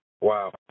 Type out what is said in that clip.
Wow